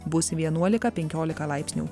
bus vienuolika penkiolika laipsnių